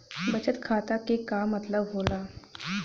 बचत खाता के का मतलब होला?